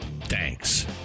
thanks